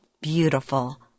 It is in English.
Beautiful